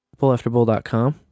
bullafterbull.com